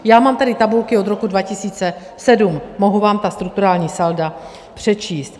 Já mám tady tabulky od roku 2007, mohu vám ta strukturální salda přečíst.